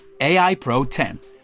AIPRO10